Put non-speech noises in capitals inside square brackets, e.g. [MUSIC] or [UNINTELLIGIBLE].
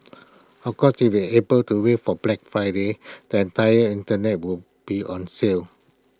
of course [UNINTELLIGIBLE] able to wait for Black Friday the entire Internet will be on sale